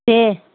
दे